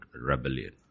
rebellion